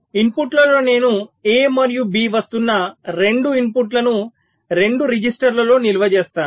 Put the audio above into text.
ఇన్పుట్లలో నేను A మరియు B వస్తున్న 2 ఇన్పుట్లను 2 రిజిస్టర్లలో నిల్వ చేస్తాను